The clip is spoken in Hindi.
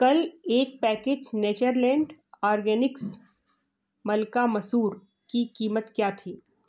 कल एक पैकेट नेचरलैंड ऑर्गॅनिक्स मलका मसूर की कीमत क्या थी